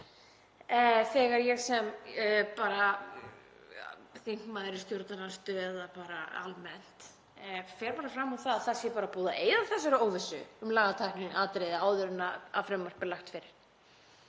þegar ég sem þingmaður í stjórnarandstöðu, eða bara almennt, fer fram á að það sé bara búið að eyða þessari óvissu um lagatæknileg atriði áður en frumvarp er lagt fyrir.